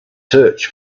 search